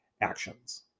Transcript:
actions